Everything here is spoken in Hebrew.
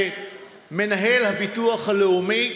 מנהל הביטוח הלאומי: